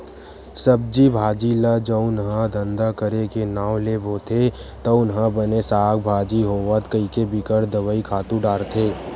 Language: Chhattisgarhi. सब्जी भाजी ल जउन ह धंधा करे के नांव ले बोथे तउन ह बने साग भाजी होवय कहिके बिकट दवई, खातू डारथे